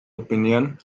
opinion